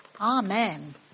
Amen